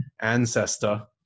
ancestor